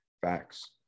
Facts